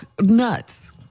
nuts